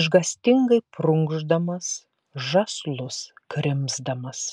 išgąstingai prunkšdamas žąslus krimsdamas